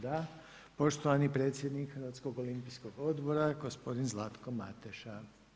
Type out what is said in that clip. Da, poštovani predsjednik Hrvatskog olimpijskog odbora, gospodin Zlatko Mateša.